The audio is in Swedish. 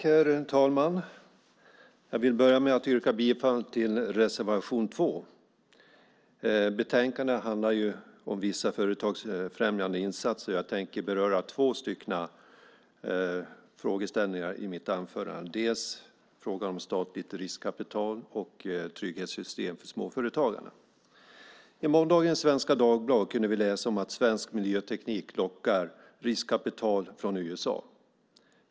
Herr talman! Jag vill börja med att yrka bifall till reservation 2. Betänkandet handlar om vissa företagsfrämjande insatser, och jag tänker beröra två frågor i mitt anförande, dels frågan om statligt riskkapital, dels trygghetssystem för småföretagarna. I måndagens Svenska Dagbladet kunde vi läsa att svensk miljöteknik lockar riskkapital från USA.